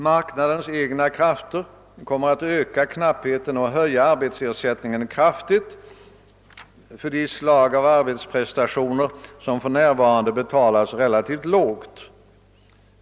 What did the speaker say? Marknadens egna krafter kommer att öka knappheten på och kraftigt höja arbetsersättningen för de slag av arbetsprestationer som för närvarande betalas relativt lågt.